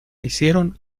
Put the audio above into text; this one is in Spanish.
hicieron